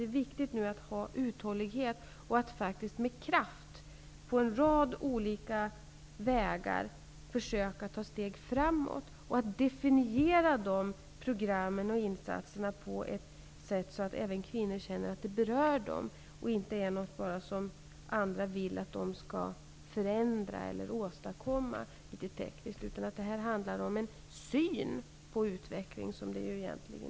Det är viktigt med uthållighet, att vi med kraft på en rad olika vägar försöker ta steg framåt och definiera program och insatser på ett sådant sätt att även kvinnor känner att detta berör dem och inte bara är något som andra vill att de skall förändra eller åstadkomma litet tekniskt. Det handlar om en syn på utvecklingen.